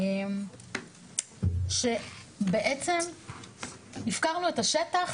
שבעצם הפקרנו את השטח